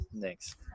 thanks